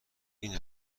این